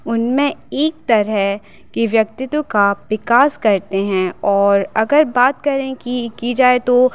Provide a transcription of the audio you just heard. उनमें एक तरह के व्यक्तित्व का विकास करते हैं और अगर बात करें कि की जाए तो